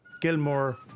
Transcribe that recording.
Gilmore